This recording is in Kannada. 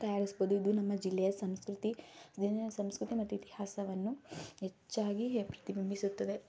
ತಯಾರಿಸ್ಬೋದು ಇದು ನಮ್ಮ ಜಿಲ್ಲೆಯ ಸಂಸ್ಕೃತಿ ಜಿಲ್ಲೆಯ ಸಂಸ್ಕೃತಿ ಮತ್ತು ಇತಿಹಾಸವನ್ನು ಹೆಚ್ಚಾಗಿ ಪ್ರತಿಬಿಂಬಿಸುತ್ತದೆ